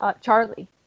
Charlie